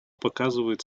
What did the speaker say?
показывает